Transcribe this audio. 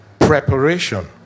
preparation